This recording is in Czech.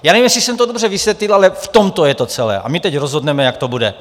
Nevím, jestli jsem to dobře vysvětlil, ale v tomto je to celé, a my teď rozhodneme, jak to bude.